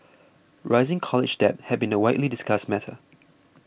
rising college debt has been a widely discussed matter